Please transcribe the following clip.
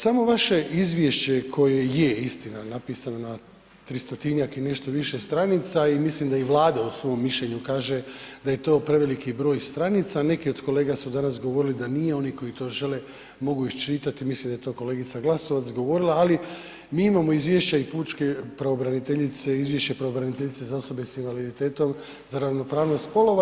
Samo vaše izvješće koje je, istina napisano na 300-tinjak i nešto više stranica i mislim da i Vlada u svom mišljenju kaže da je to preveliki broj stranica, neki od kolega su danas govorili da nije, oni koji to žele mogu iščitati, mislim da je to kolegica Glasovac govorila ali mi imamo izvješća i pučke pravobraniteljice, izvješće pravobraniteljice za osobe sa invaliditetom za ravnopravnost spolova.